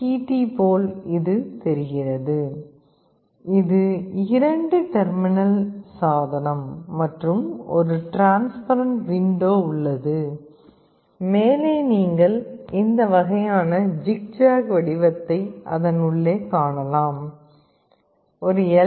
Tt இது போல் தெரிகிறது இது இரண்டு டெர்மினல் சாதனம் மற்றும் ஒரு ட்ரான்ஸ்பரண்ட் விண்டோ உள்ளது மேலே நீங்கள் இந்த வகையான ஜிக்ஜாக் வடிவத்தை அதன் உள்ளே காணலாம் ஒரு எல்